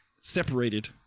separated